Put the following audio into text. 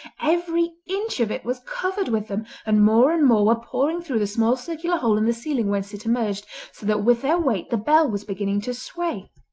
every inch of it was covered with them, and more and more were pouring through the small circular hole in the ceiling whence it emerged, so that with their weight the bell was beginning to sway.